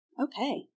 Okay